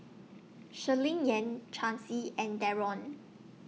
Shirleyann Chancy and Darron